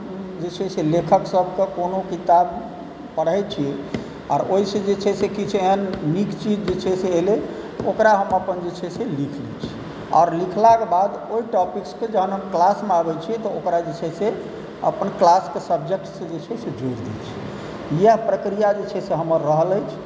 जे छै से लेखक सभकेँ कोनो किताब पढ़ै छी आर ओहिसे जे छै से किछु एहन नीक चीज जे छै से एलै ओकरा हम अपन जे छै से लिख लै छी आर लिखलाकेँ बाद ओहि टॉपिक्सके जहन हम क्लासमे आबै छियै तऽ ओकरा जे छै से अपन क्लासके सब्जेक्ट्स से जे छै से जोड़ि दै छी इएह प्रक्रिया जे छै से हमर रहल अछि